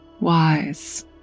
wise